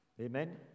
Amen